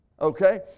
Okay